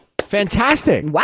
Fantastic